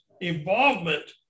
involvement